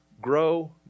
grow